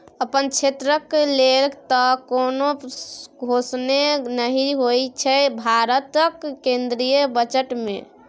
अपन क्षेत्रक लेल तँ कोनो घोषणे नहि होएत छै भारतक केंद्रीय बजट मे